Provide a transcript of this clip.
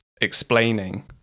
explaining